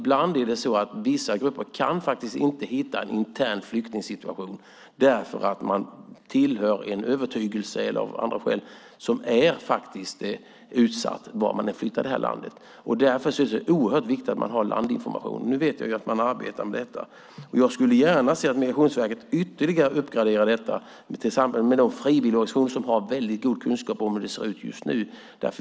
Vissa grupper kan faktiskt inte hitta en intern flyktingsituation därför att de har en övertygelse - eller så finns det andra skäl - som gör att de faktiskt är utsatta vart de än flyttar i det här landet. Därför är det så oerhört viktigt att man har landinformation. Nu vet jag att man arbetar med detta. Jag skulle gärna se att Migrationsverket ytterligare uppgraderar detta tillsammans med de frivilligorganisationer som har en väldigt god kunskap om hur det ser ut just nu.